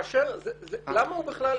'באשר' זה למה הוא בכלל נזקק לזה?